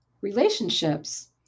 relationships